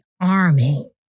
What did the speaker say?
army